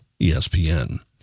espn